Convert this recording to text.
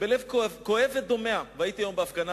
ובלב כואב ודומע, הייתי היום בהפגנה